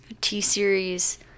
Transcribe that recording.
T-Series